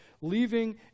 leaving